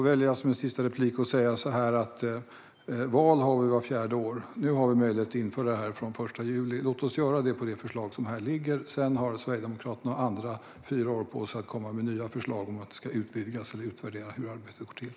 Fru talman! Val har vi vart fjärde år. Nu har vi möjlighet att införa detta från den 1 juli. Låt oss göra det utifrån det förslag som ligger. Därefter har Sverigedemokraterna och andra fyra år på sig att komma med nya förslag om att det ska utvidgas eller att utvärdera hur arbetet går till.